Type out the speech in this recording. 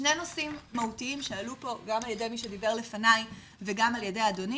שני נושאים מהותיים שעלו פה גם על ידי מי שדיבר לפני וגם על ידי אדוני,